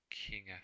king